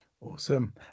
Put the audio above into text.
Awesome